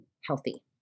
healthy